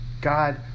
God